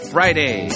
Friday